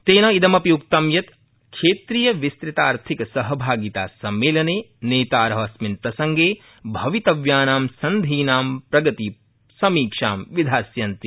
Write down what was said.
तेन इदमपि उक्तं यत् क्षेत्रीय विस्तृतार्थिक सहभागिता सम्मेलने नेतार अस्मिन् प्रसंगे भवितव्यानां सन्धीनां प्रगतिसमीक्षां विधास्यन्ति